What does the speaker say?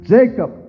Jacob